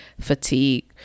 fatigue